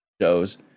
shows